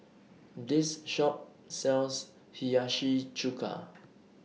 This Shop sells Hiyashi Chuka